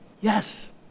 Yes